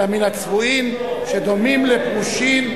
אלא מן הצבועין שדומים לפרושין,